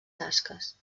tasques